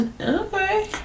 Okay